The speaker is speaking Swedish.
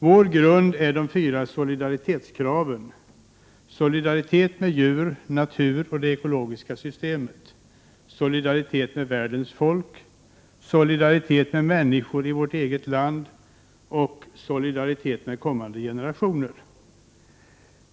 Vår grund är de fyra solidaritetskraven: solidaritet med djur, natur och det ekologiska systemet, solidaritet med världens folk, solidaritet med människor i vårt eget land samt solidaritet med kommande generationer.